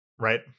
right